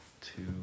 two